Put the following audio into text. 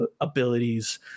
abilities